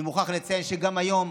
אני מוכרח לציין שגם היום